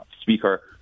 speaker